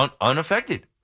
Unaffected